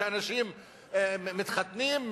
שאנשים מתחתנים,